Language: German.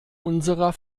unserer